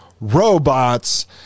robots